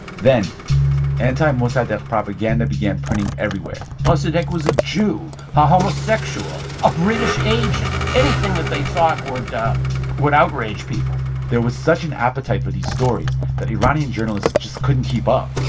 then anti-mossadegh propaganda began printing everywhere mossadegh was a jew, a homosexual, a british agent, anything that they thought would um would outrage people there was such an appetite for these stories that iranian journalists just couldn't keep up.